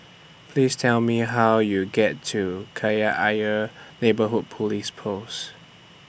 Please Tell Me How YOU get to Kreta Ayer Neighbourhood Police Post